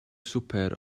swper